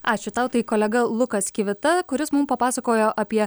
ačiū tau tai kolega lukas kivita kuris mum papasakojo apie